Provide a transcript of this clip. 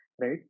right